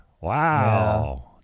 Wow